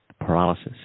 paralysis